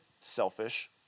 selfish